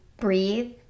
breathe